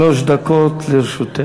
שלוש דקות לרשותך.